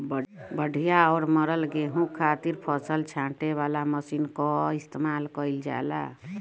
बढ़िया और मरल गेंहू खातिर फसल छांटे वाला मशीन कअ इस्तेमाल कइल जाला